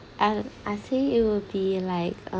and I say it will be like uh